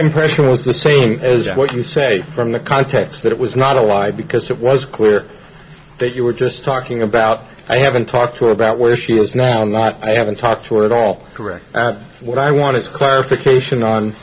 impression was the same as what you say from the context that it was not a lie because it was clear that you were just talking about i haven't talked to her about where she is now and what i haven't talked to at all correct what i want to clarification on